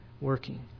working